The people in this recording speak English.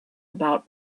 about